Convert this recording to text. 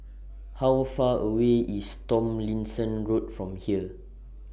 How Far away IS Tomlinson Road from here